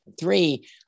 Three